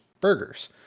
burgers